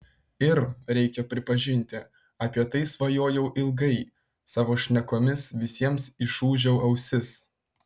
ir reikia pripažinti apie tai svajojau ilgai savo šnekomis visiems išūžiau ausis